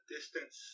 Distance